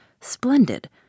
Splendid